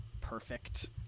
perfect